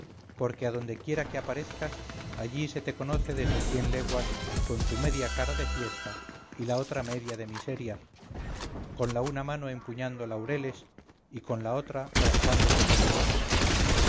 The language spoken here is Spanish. porque a donde quiera que aparezcas allí se te conoce desde cien leguascon tu media cara de fiesta y la otra media de miseria con la una mano empuñando laureles y con la otra rascándote tu lepra